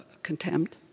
contempt